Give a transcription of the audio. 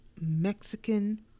Mexican